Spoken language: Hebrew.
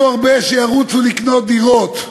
שזה לא אותו דבר.